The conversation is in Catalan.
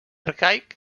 arcaic